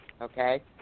Okay